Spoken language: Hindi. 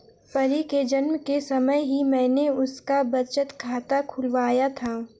परी के जन्म के समय ही मैने उसका बचत खाता खुलवाया था